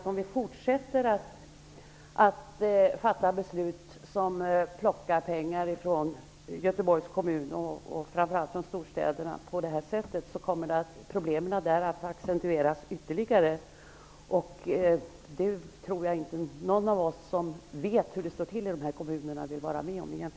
Om vi fortsätter att fatta beslut som ''plockar pengar'' ifrån Göteborgs kommun och framför allt ifrån storstäderna, kommer problemen att accentueras ytterligare. Jag tror inte att någon av oss som vet hur det står till i dessa kommuner egentligen vill vara med om det.